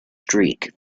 streak